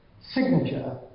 signature